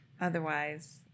otherwise